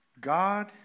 God